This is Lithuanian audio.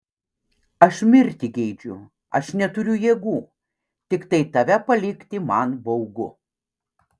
aš mirti geidžiu aš neturiu jėgų tiktai tave palikti man baugu